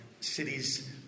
cities